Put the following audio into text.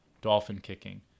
dolphin-kicking